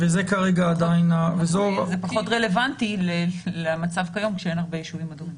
זה פחות רלוונטי למצב כיום כשאין הרבה יישובים אדומים.